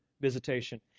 visitation